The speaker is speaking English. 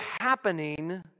happening